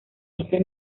ese